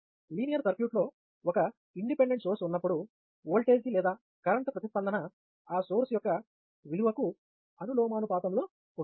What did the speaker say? linear సర్క్యూట్లో ఒక independent source ఉన్నప్పుడు ఓల్టేజీ లేదా కరెంటు ప్రతిస్పందన ఆ సోర్స్ యొక్క విలువకు అనులోమానుపాతంలో ఉంటుంది